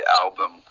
album